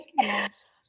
yes